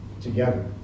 together